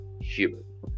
human